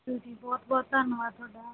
ਤੁਸੀਂ ਬਹੁਤ ਬਹੁਤ ਧੰਨਵਾਦ ਤੁਹਾਡਾ